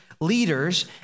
leaders